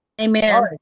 Amen